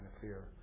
fear